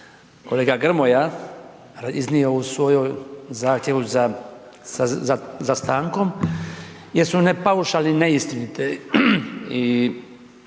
kolega Grmoja iznio u svom zahtjevu za stankom jer su ne paušalne i neistinite i